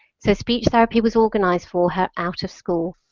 so speech therapy was organized for her out of school.